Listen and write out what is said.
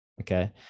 Okay